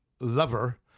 Lover